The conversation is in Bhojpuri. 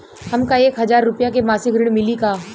हमका एक हज़ार रूपया के मासिक ऋण मिली का?